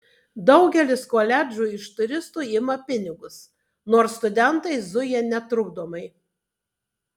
daugelis koledžų iš turistų ima pinigus nors studentai zuja netrukdomai